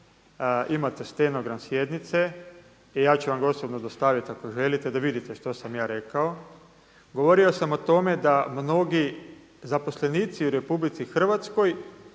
imate stenogram sjednice i ja ću vam ga osobno dostaviti ako želite da vidite što osam ja rekao. Govorio sam o tome da mnogi zaposlenici u RH moraju raditi